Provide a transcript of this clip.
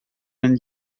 vingt